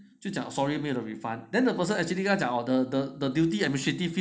就讲 sorry 没有得 refund then person the person 就跟他讲 the the duty administrative fee